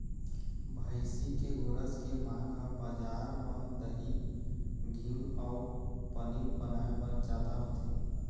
भइसी के गोरस के मांग ह बजार म दही, घींव अउ पनीर बनाए बर जादा होथे